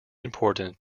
important